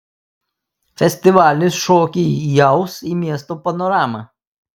festivalis šokį įaus į miesto panoramą